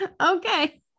Okay